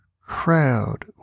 crowd